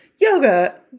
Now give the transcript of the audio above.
yoga